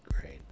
great